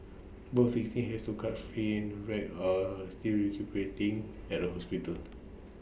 both victims has to cut free and wreck are still recuperating at A hospital